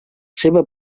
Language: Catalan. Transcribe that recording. seva